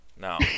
No